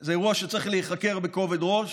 זה אירוע שצריך להיחקר בכובד ראש.